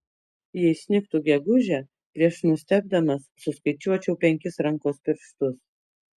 jei snigtų gegužę prieš nustebdamas suskaičiuočiau penkis rankos pirštus